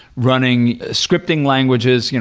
running scripting languages, you know